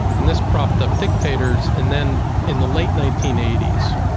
and this propped up dictators. and then in the late nineteen eighty s,